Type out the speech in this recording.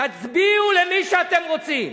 תצביעו למי שאתם רוצים.